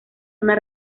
una